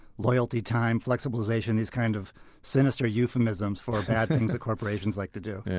loyalty time, flexibilization these kind of sinister euphemisms for bad things that corporations like to do.